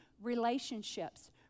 relationships